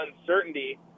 uncertainty